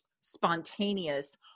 spontaneous